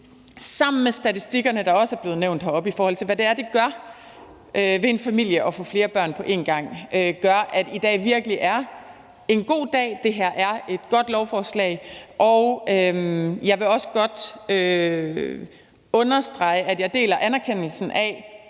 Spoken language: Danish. sammen med statistikkerne, der også er blevet nævnt heroppe, i forhold til hvad det gør ved en familie at få flere børn på en gang, gør, at i dag virkelig er en god dag. Det her er et godt lovforslag, og jeg vil også godt understrege, at jeg deler anerkendelsen af,